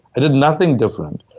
i did nothing different.